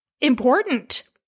important